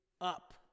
up